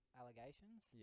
allegations